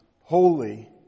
holy